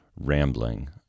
rambling